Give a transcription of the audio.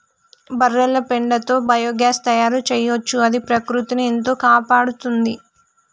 బర్రెల పెండతో బయోగ్యాస్ తయారు చేయొచ్చు అది ప్రకృతిని ఎంతో కాపాడుతుంది